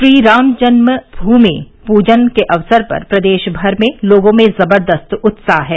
श्रीराम मंदिर के भूमि पूजन के अवसर पर प्रदेश भर में लोगों में जबर्दस्त उत्साह है